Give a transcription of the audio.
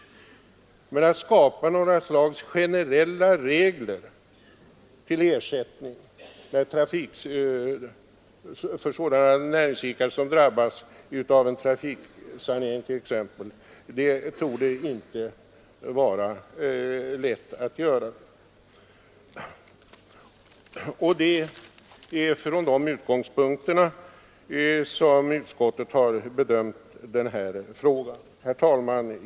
Men att skapa några generella regler för sådana näringsidkare som drabbas av t.ex. en trafiksanering torde inte vara lätt. Det är från dessa utgångspunkter utskottet har bedömt denna fråga. Herr talman!